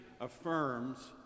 affirms